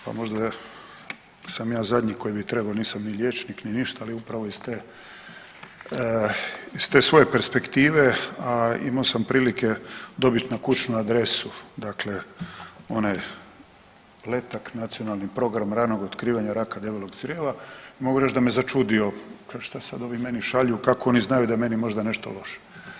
Pa možda sam ja zadnji koji bi trebao, nisam ni liječnik, ni ništa, ali upravo iz te, iz te svoje perspektive, a imao sam prilike dobit na kućnu adresu dakle onaj letak Nacionalni program ranog otkrivanja raka debelog crijeva i mogu reć da me začudio da šta sad ovi meni šalju, kako oni znaju da je meni možda nešto loše.